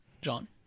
John